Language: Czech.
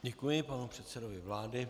Děkuji panu předsedovi vlády.